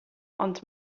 ond